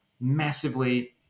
massively